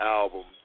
album